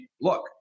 look